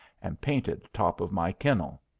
and painted top of my kennel.